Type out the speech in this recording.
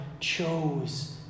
Chose